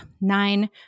nine